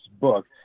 book